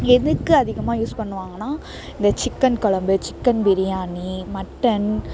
எதுக்கு அதிகமாக யூஸ் பண்ணுவாங்கன்னா இந்த சிக்கன் குலம்பு சிக்கன் பிரியாணி மட்டன்